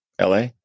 LA